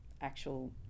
actual